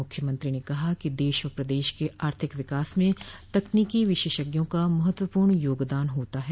मुख्यमंत्री ने कहा कि देश और प्रदेश के आर्थिक विकास में तकनीकी विशेषज्ञों का महत्वपूर्ण योगदान होता है